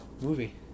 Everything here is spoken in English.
movie